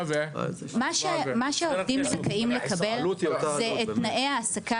מה שהעובדים זכאים לקבל זה את תנאי ההעסקה